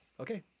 Okay